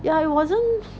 ya it wasn't